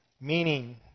meaning